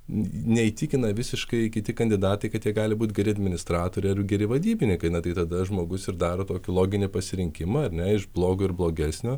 neįtikina visiškai kiti kandidatai kad tai gali būti geri administratoriai ar geri vadybininkai na tai tada žmogus ir daro tokį loginį pasirinkimą ar ne iš blogo ir blogesnio